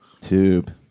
Tube